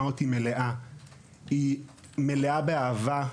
אנחנו מייצגים כ-8,000 משפחות בכל זמן נתון בהליכי נוער,